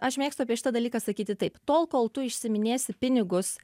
aš mėgstu apie šitą dalyką sakyti taip tol kol tu išsiminėsi pinigus